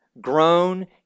grown